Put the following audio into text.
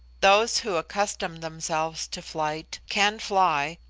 those who accustom themselves to flight can fly,